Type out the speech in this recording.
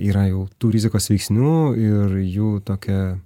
yra jau tų rizikos veiksnių ir jų tokia